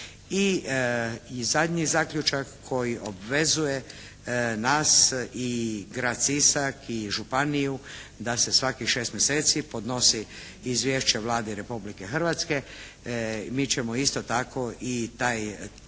I zadnji zaključak koji obvezuje nas i grad Sisak i županiju da se svakih 6 mjeseci podnosi izvješće Vladi Republike Hrvatske, mi ćemo isto tako i taj, to danas